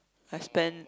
I spend